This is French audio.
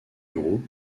groupe